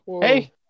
Hey